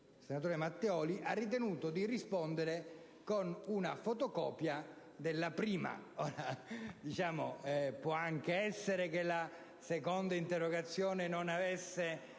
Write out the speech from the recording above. trasporti Matteoli ha ritenuto di rispondere con una fotocopia della prima risposta. Può anche essere che la seconda interrogazione non sollevasse